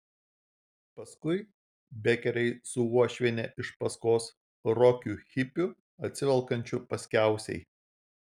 paskui bekeriai su uošviene iš paskos rokiu hipiu atsivelkančiu paskiausiai